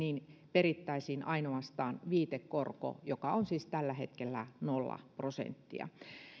perittäisiin ainoastaan viitekorko joka on siis tällä hetkellä nolla prosenttia